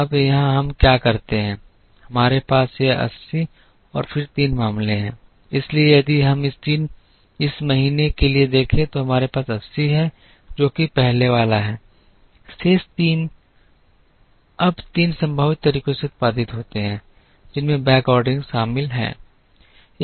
अब यहां हम क्या करते हैं हमारे पास यह 80 और फिर तीन मामले हैं इसलिए यदि हम इस महीने के लिए देखें तो हमारे पास 80 है जो कि पहले वाला है शेष तीन अब तीन संभावित तरीकों से उत्पादित होते हैं जिनमें बैकऑर्डरिंग शामिल है